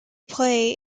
play